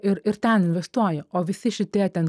ir ir ten investuoji o visi šitie ten